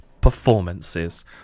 performances